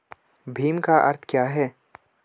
भीम का क्या अर्थ है?